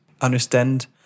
understand